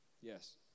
Yes